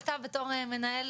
אתה בתור מנהל,